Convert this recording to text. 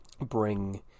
bring